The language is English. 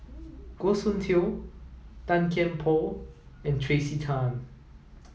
Goh Soon Tioe Tan Kian Por and Tracey Tan